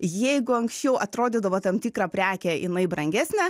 jeigu anksčiau atrodydavo tam tikra prekė jinai brangesnė